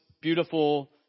beautiful